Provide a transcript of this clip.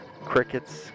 crickets